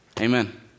amen